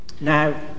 Now